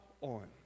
on